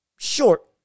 Short